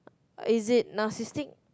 is it narcisstic